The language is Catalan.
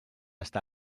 està